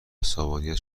عصبانیت